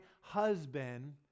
husband